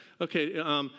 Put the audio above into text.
Okay